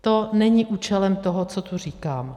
To není účelem toho, co tu říkám.